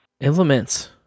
Implements